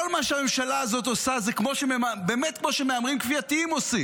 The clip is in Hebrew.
כל מה שהממשלה הזאת עושה זה כמו שמהמרים כפייתיים עושים: